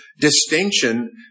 distinction